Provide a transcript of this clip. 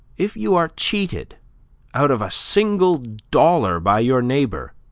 if you are cheated out of a single dollar by your neighbor,